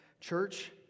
Church